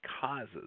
causes